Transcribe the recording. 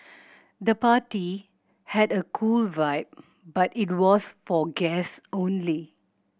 the party had a cool vibe but it was for guests only